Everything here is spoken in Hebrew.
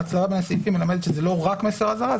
ההצלבה בין הסעיפים מלמדת שזה לא רק מסר אזהרה,